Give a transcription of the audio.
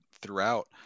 throughout